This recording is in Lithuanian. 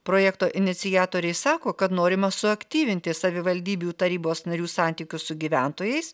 projekto iniciatoriai sako kad norima suaktyvinti savivaldybių tarybos narių santykius su gyventojais